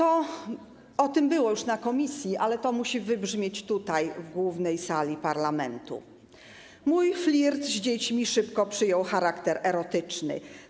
O tym było już na posiedzeniu komisji, ale to musi wybrzmieć tutaj, w głównej sali parlamentu: Mój flirt z dziećmi szybko przyjął charakter erotyczny.